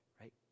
Right